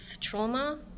trauma